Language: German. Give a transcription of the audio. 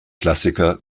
klassiker